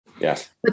Yes